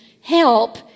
help